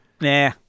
Nah